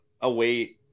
away